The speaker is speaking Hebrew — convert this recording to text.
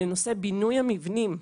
לנושא בינוי המבנים,